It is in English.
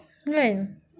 kan